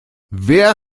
wer